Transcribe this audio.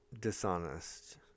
dishonest